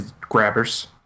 grabbers